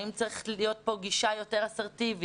האם צריכה להיות כאן גישה יותר אסרטיבית,